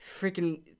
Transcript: freaking